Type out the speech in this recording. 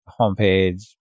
homepage